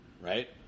Right